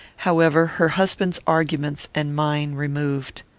however, her husband's arguments and mine removed.